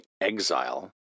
exile